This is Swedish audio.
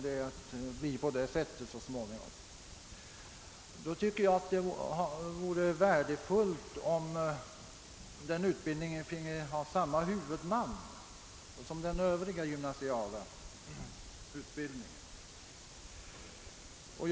Då tycker jag det vore värdefullt om den utbildningen finge samma huvudman som den övriga gymnasiala utbildningen.